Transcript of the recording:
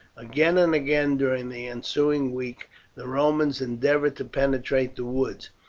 again and again during the ensuing week the romans endeavoured to penetrate the woods,